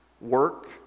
work